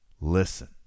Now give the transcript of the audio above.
Listen